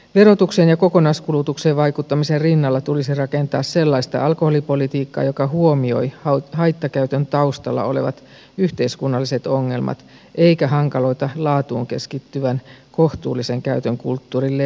verotukseen ja kokonaiskulutukseen vaikuttamisen rinnalla tulisi rakentaa sellaista alkoholipolitiikkaa joka huomioi haittakäytön taustalla olevat yhteiskunnalliset ongelmat eikä hankaloita laatuun keskittyvän kohtuullisen käytön kulttuurin leviämistä